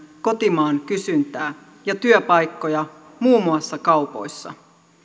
kotimaan kysyntää ja työpaikkoja muun muassa kaupoissa